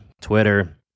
Twitter